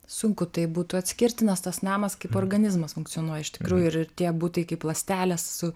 sunku tai būtų atskirti nes tas namas kaip organizmas funkcionuoja iš tikrųjų ir ir tie butai kaip ląstelės su